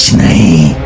me